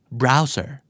browser